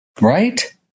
Right